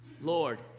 Lord